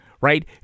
right